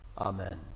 Amen